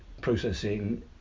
processing